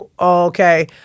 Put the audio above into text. okay